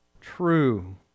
true